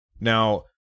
Now